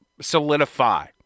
solidify